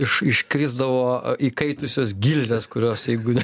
iš iškrisdavo įkaitusios gilzės kurios jeigu